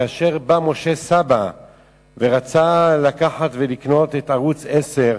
כאשר בא משה סבא ורצה לקנות את ערוץ-10,